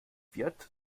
wird